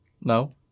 no